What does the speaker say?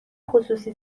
خصوصی